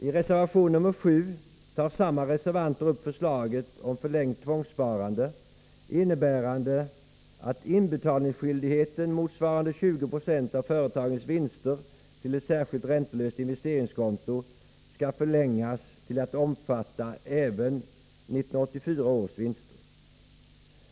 I reservation 7 tar samma reservanter upp förslaget om förlängt tvångssparande, innebärande att inbetalningsskyldigheten motsvarande 20 96 av företagens vinster till ett särskilt räntelöst investeringskonto skall förlängas till att omfatta även 1984 års vinster.